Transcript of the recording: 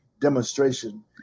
demonstration